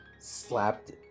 slapped